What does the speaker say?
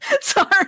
sorry